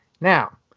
Now